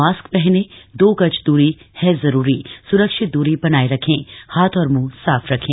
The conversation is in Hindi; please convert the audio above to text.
मास्क पहने दो गज दूरी है जरूरी सुरक्षित दूरी बनाए रखें हाथ और मुंह साफ रखें